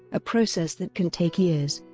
a process that can take years.